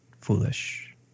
foolish